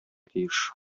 тиеш